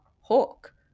Hawk